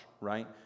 right